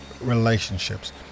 relationships